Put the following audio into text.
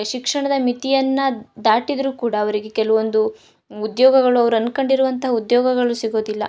ಶಿಕ್ಷಣದ ಮಿತಿಯನ್ನು ದಾಟಿದ್ರು ಕೂಡ ಅವರಿಗೆ ಕೆಲವೊಂದು ಉದ್ಯೋಗಗಳು ಅವರು ಅನ್ಕೊಂಡಿರ್ವಂತಹ ಉದ್ಯೋಗಗಳು ಸಿಗುವುದಿಲ್ಲ